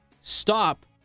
stop